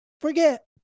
Forget